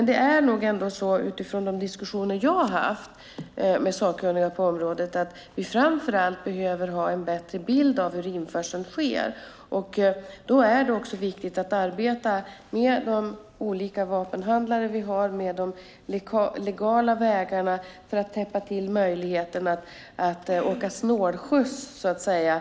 Det är nog ändå så - vill jag säga utifrån de diskussioner som jag har haft med sakkunniga på området - att vi framför allt behöver ha en bättre bild av hur införseln sker. Då är det också viktigt att arbeta med de olika vapenhandlare som vi har och arbeta med de legala vägarna, för att täppa till möjligheterna att så att säga åka snålskjuts på de vägarna.